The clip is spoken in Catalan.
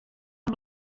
amb